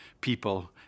people